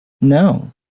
no